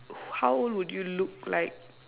how old would you look like